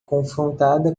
confrontada